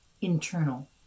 internal